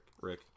Rick